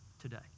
today